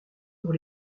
pour